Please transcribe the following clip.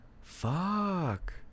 fuck